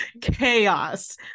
Chaos